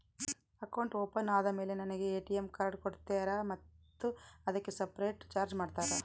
Account open ಆದಮೇಲೆ ನನಗೆ ATM card ಕೊಡ್ತೇರಾ ಮತ್ತು ಅದಕ್ಕೆ ಸಪರೇಟ್ ಚಾರ್ಜ್ ಮಾಡ್ತೇರಾ?